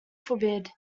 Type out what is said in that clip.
forbid